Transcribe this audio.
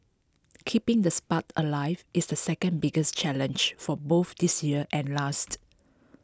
keeping the spark alive is the second biggest challenge for both this year and last